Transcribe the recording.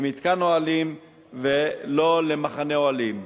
מתקן אוהלים ולא מחנה אוהלים.